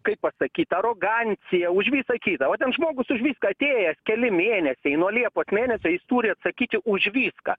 kaip pasakyt aroganciją už visą kitą va ten žmogus už viską atėjęs keli mėnesiai nuo liepos mėnesio jis turi atsakyti už viską